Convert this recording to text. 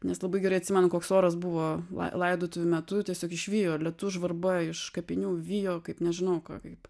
nes labai gerai atsimenu koks oras buvo laidotuvių metu tiesiog išvijo lietus žvarba iš kapinių vijo kaip nežinau ką kaip